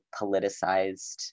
politicized